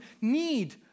need